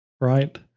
right